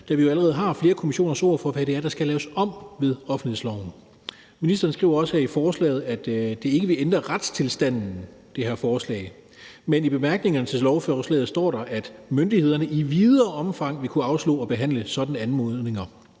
da vi jo allerede har flere kommissioners ord for, hvad det er, der skal laves om ved offentlighedsloven. Ministeren skriver også i forslaget, at det her forslag ikke vil ændre retstilstanden, men i bemærkningerne til lovforslaget står der, at myndighederne i videre omfang vil kunne afslå at behandle sådanne anmodninger.